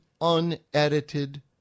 unedited